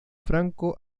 franco